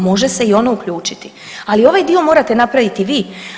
Može se i ono uključiti, ali ovaj dio morate napraviti vi.